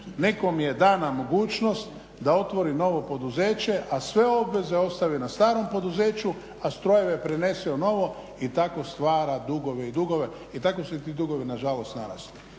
Nekom je dana mogućnost da otvori novo poduzeće, a sve obveze ostavi na starom poduzeću a strojeve prenese u novo i tako stvara dugove i dugove i tako se ti dugovi nažalost narasli.